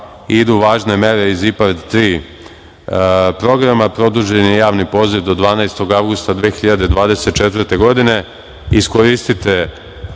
idu važne mere iz IPARD 3 programa. Produžen je javni poziv do 12. avgusta 2024. godine,